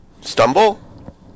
Stumble